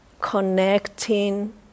connecting